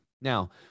Now